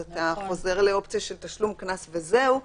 אתה חוזר לאופציה של תשלום קנס וזהו,